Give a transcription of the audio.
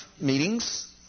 meetings